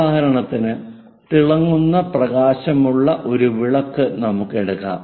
ഉദാഹരണത്തിന് തിളങ്ങുന്ന പ്രകാശമുള്ള ഒരു വിളക്ക് നമുക്ക് എടുക്കാം